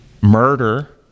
murder